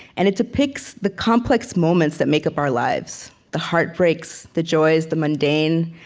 and it depicts the complex moments that make up our lives the heartbreaks, the joys, the mundane,